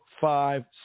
five